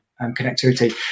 connectivity